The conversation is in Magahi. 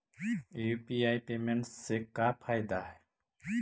यु.पी.आई पेमेंट से का फायदा है?